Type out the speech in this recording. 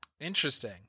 Interesting